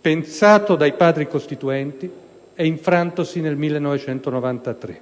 pensato dai Padri costituenti e infrantosi nel 1993.